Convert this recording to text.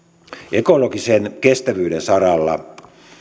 ekologisen kestävyyden saralla